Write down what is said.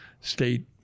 state